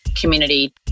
community